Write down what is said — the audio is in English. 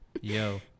Yo